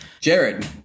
Jared